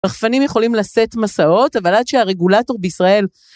רחפנים יכולים לסט מסעות אבל עד שהרגולטור בישראל...